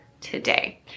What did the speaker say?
today